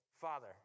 Father